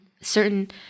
certain